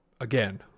Again